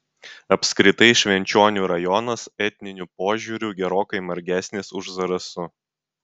apskritai švenčionių rajonas etniniu požiūriu gerokai margesnis už zarasų